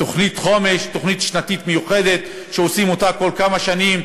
תוכנית שנתית מיוחדת שעושים אותה כל כמה שנים,